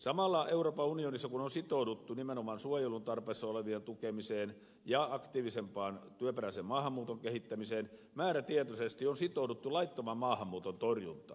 samalla kun euroopan unionissa on sitouduttu nimenomaan suojelun tarpeessa olevien tukemiseen ja aktiivisempaan työperäisen maahanmuuton kehittämiseen määrätietoisesti on sitouduttu laittoman maahanmuuton torjuntaan